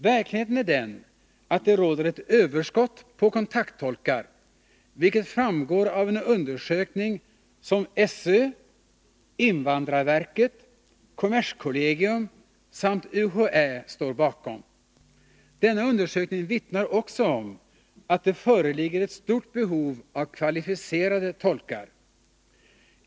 Verkligheten är den att det råder ett överskott på kontakttolkar, vilket framgår av en undersökning som SÖ, invandrarverket, kommerskollegium samt UHÄ står bakom. Denna undersökning vittnar också om att det föreligger ett stort behov av kvalificerade tolkar.